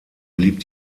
blieb